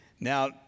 Now